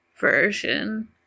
version